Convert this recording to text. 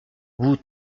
vous